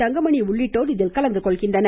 தங்கமணி உள்ளிட்டோர் கலந்துகொள்கின்றனர்